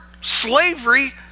slavery